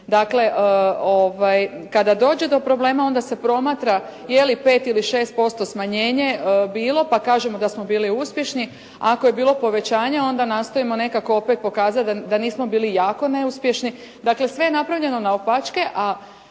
Kada dođe do problema onda se promatra je li 5 ili 6% smanjenje bilo pa kažemo da smo bili uspješni a ako je bilo povećanje onda nastojimo opet nekako pokazati da nismo bili jako neuspješni. Dakle, sve je napravljeno naopačke